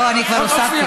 מה אמרתי?